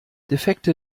defekte